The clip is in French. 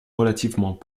relativement